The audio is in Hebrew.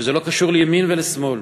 וזה לא קשור לימין או לשמאל,